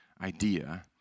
idea